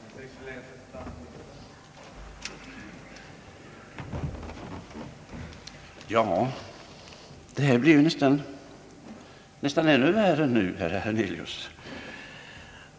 Herr talman! Ja, det hela blev ju nästan ännu värre nu, herr Hernelius!